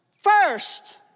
first